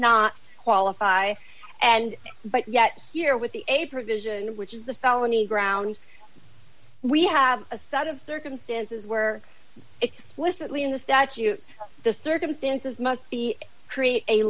not qualify and yet here with the a provision which is the felony grounds we have a set of circumstances where explicitly in the statute the circumstances must be create a